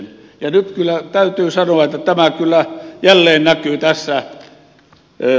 ja nyt kyllä täytyy sanoa että tämä kyllä jälleen näkyy tässä